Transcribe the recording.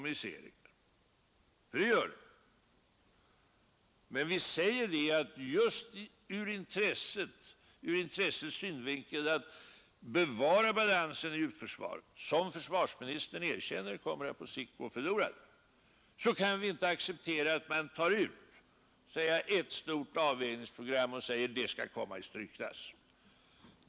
Men vi säger samtidigt att just med hänsyn till intresset att bevara balansen i djupförsvaret — vilken försvarsministern erkänner på sikt kommer att gå förlorad — kan vi inte acceptera att man tar ut ett stort avvägningsprogram och säger att det skall sättas i strykklass.